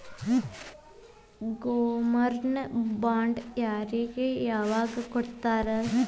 Government bond ಯಾರಿಗೆ ಯಾವಗ್ ಕೊಡ್ತಾರ?